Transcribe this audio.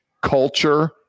culture